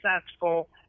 successful